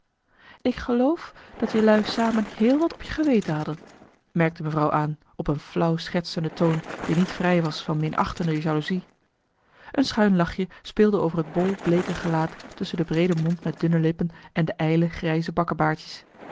ik geloof dat jelui samen heel wat op je geweten hadden merkte mevrouw aan op een flauw schertsende toon die niet vrij was van minachtende jaloezie een schuin lachje speelde over het bol bleeke gelaat tusschen de breede mond met dunne lippen en de ijle grijze